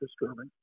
disturbing